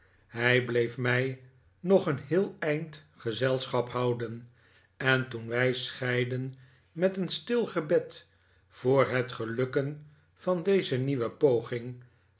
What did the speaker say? hij bleef mij nog een heel eind gezelschap houden en toen wij scheidden met een stil gebed voor het gelukken van deze nieuwe poging